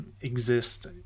exist